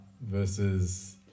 versus